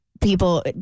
people